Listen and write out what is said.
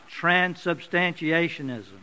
transubstantiationism